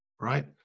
right